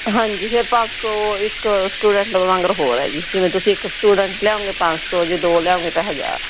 ਹਾਂਜੀ ਫਿਰ ਪੰਜ ਸੌ ਇੱਕ ਸਟੂਡੈਂਟ ਵਾਂਗ ਹੋਰ ਹੈ ਜੀ ਜਿਵੇਂ ਤੁਸੀਂ ਇੱਕ ਸਟੂਡੈਂਟ ਲਿਆਓਗੇ ਪੰਜ ਸੌ ਜੇ ਦੋ ਲਿਆਓਗੇ ਤਾਂ ਹਜ਼ਾਰ